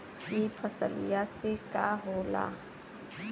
ई फसलिया से का होला?